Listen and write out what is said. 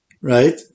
Right